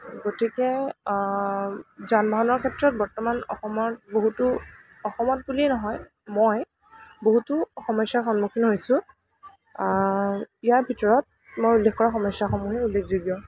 গতিকে যান বাহনৰ ক্ষেত্ৰত বৰ্তমান অসমৰ বহুতো অসমত বুলিয়েই নহয় মই বহুতো সমস্য়াৰ সন্মুখীন হৈছোঁ ইয়াৰ ভিতৰত মই উল্লেখ কৰা সমস্য়াসমূহেই উল্লেখযোগ্য়